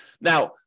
Now